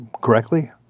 correctly